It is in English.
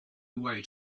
way